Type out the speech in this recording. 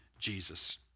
Jesus